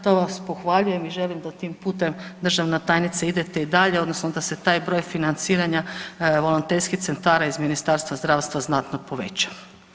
To vas pohvaljujem i želim da tim putem državna tajnice idete i dalje odnosno da se taj broj financiranja volonterskih centara iz Ministarstva zdravstva znatno poveća.